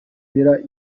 muller